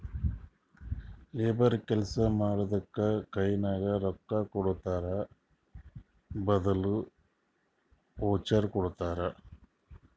labour ಕೆಲ್ಸಾ ಮಾಡಿದ್ದುಕ್ ಕೈನಾಗ ರೊಕ್ಕಾಕೊಡದ್ರ್ ಬದ್ಲಿ ವೋಚರ್ ಕೊಡ್ತಾರ್